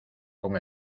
con